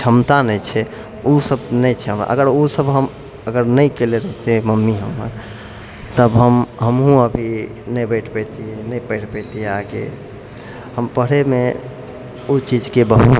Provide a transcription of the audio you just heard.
क्षमता नहि छै ओसब नहि छै हमरा अगर ओसब हम अगर नहि केलय रहिते मम्मी हमर तऽ हम हमहुँ अभी नहि बैठ पयतिय नहि पढ़ि पयतियै आगे हम पढ़य मे ओहि चीज के बहुत